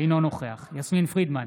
אינו נוכח יסמין פרידמן,